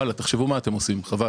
תחשבו מה אתם עושים, חבל.